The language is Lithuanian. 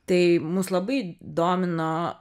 tai mus labai domino